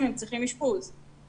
למה אני צריכה להיכנס בשרשרת הזאת?